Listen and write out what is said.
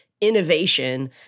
innovation